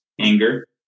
anger